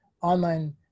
online